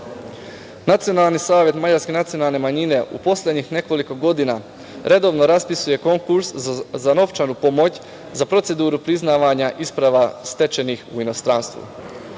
Srbiji. Nacionalni savet mađarske nacionalne manjine u poslednjih nekoliko godina redovno raspisuje konkurs za novčanu pomoć za proceduru priznavanja isprava stečenih u inostranstvu.